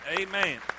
Amen